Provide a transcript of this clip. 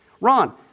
Ron